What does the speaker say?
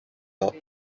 lot